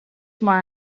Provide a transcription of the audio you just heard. maar